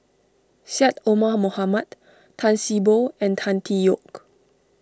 Syed Omar Mohamed Tan See Boo and Tan Tee Yoke